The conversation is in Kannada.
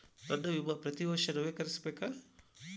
ನನ್ನ ವಿಮಾ ಪ್ರತಿ ವರ್ಷಾ ನವೇಕರಿಸಬೇಕಾ?